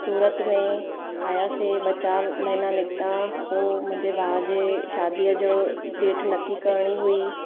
सूरत में आयासीं ॿ चारि महिना निकिता पोइ मुंहिंजे भाउ जे शादीअ जो डेट नकी करणी हुई